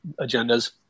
agendas